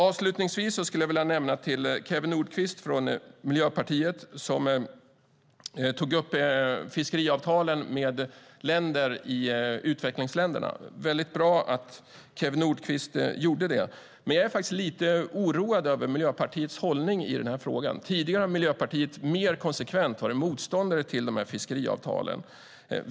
Avslutningsvis skulle jag vilja säga att det var bra att Kew Nordqvist från Miljöpartiet tog upp fiskeriavtalen med utvecklingsländerna. Men jag är lite oroad över Miljöpartiets hållning i den frågan. Tidigare har Miljöpartiet mer konsekvent varit motståndare till dessa fiskeriavtal.